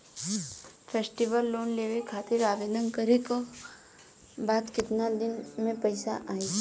Festival loan लेवे खातिर आवेदन करे क बाद केतना दिन म पइसा आई?